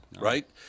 right